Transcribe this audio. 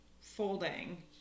folding